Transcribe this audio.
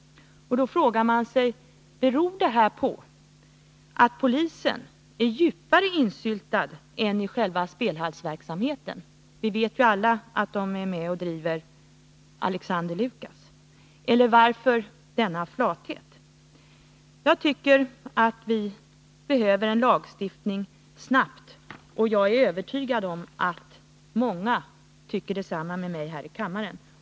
Beror detta på att polisen är insyltad djupare än enbart i själva spelhallsverksamheten? Vi vet ju alla att den är med och driver Alexander Lucas. Varför annars denna flathet? Jag tycker att vi behöver en lagstiftning snabbt, och jag är övertygad om att många här i kammaren tycker detsamma.